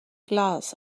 glass